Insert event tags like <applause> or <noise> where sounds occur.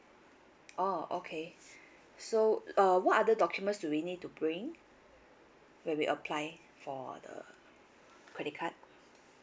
oh okay <breath> so uh what other documents do we need to bring when we apply for the credit card